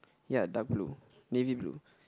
ya dark blue navy blue